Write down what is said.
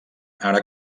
ara